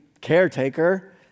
caretaker